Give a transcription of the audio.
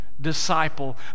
disciple